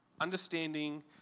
Understanding